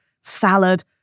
salad